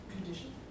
condition